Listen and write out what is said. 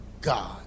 God